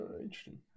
Interesting